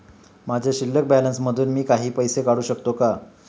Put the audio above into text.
माझ्या शिल्लक बॅलन्स मधून मी काही पैसे काढू शकतो का?